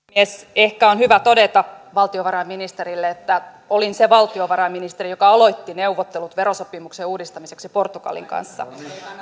ehkä on hyvä todeta valtiovarainministerille että olin se valtiovarainministeri joka aloitti neuvottelut verosopimuksen uudistamiseksi portugalin kanssa